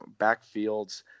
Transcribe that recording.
backfields